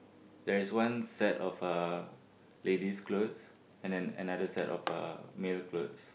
there is one set of uh ladies clothes and then another set of uh male clothes